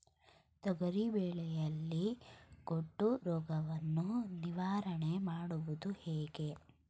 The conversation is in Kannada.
ತೊಗರಿ ಬೆಳೆಯಲ್ಲಿ ಗೊಡ್ಡು ರೋಗವನ್ನು ನಿವಾರಣೆ ಮಾಡುವುದು ಹೇಗೆ?